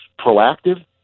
proactive